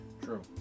True